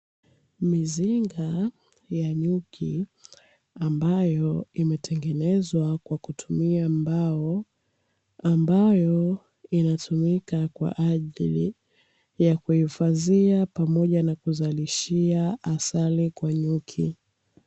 Mizinga ya nyuki ambayo imetengenezwa kwa kutumia mbao, ambayo inatumika kwa ajili ya kuhifadhia pamoja na kuzalishia asali kwa nyuki.